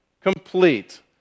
complete